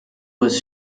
was